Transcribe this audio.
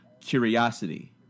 curiosity